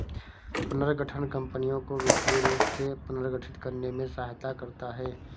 पुनर्गठन कंपनियों को वित्तीय रूप से पुनर्गठित करने में सहायता करता हैं